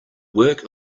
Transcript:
work